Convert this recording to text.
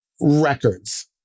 records